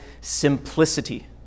simplicity